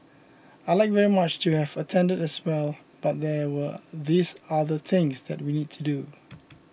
I'd like very much to have attended as well but there were these other things that we need to do